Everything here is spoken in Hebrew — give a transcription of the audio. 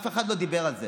אף אחד לא דיבר על זה.